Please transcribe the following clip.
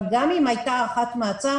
אבל גם אם הייתה הארכת מעצר,